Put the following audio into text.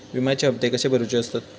विम्याचे हप्ते कसे भरुचे असतत?